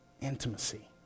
intimacy